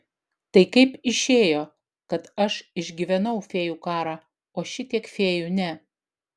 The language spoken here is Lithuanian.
tai kaip išėjo kad aš išgyvenau fėjų karą o šitiek fėjų ne